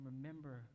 remember